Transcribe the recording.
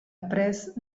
après